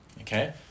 Okay